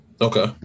okay